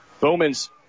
Bowman's